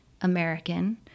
American